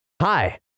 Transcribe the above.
Hi